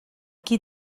qui